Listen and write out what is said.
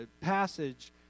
passage